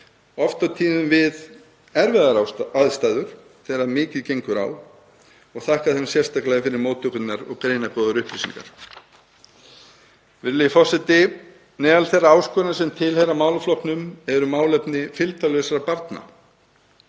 oft og tíðum við erfiðar aðstæður þegar mikið gengur á, og þakka þeim sérstaklega fyrir móttökurnar og greinargóðar upplýsingar. Virðulegi forseti. Meðal þeirra áskorana sem tilheyra málaflokknum eru málefni fylgdarlausra barna.